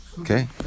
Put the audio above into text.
Okay